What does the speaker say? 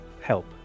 help